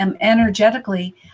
energetically